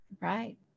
Right